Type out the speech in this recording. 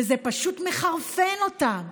וזה פשוט מחרפן אותם.